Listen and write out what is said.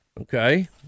Okay